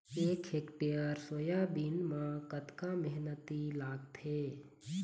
एक hectare soybean म कतक मेहनती लागथे?